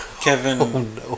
Kevin